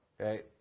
Okay